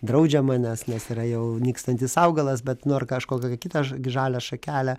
draudžiama nes nes yra jau nykstantis augalas bet nu ar kažkokią kitą žalią šakelę